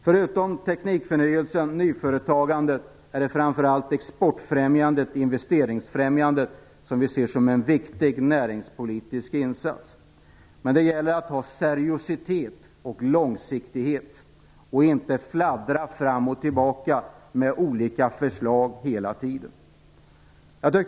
Förutom teknikförnyelsen och nyföretagandet är det framför allt exportfrämjandet och investeringsfrämjandet som vi ser som en viktig näringspolitisk insats. Men det gäller att ha seriositet och långsiktighet och inte fladdra fram och tillbaka med olika förslag hela tiden.